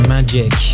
Magic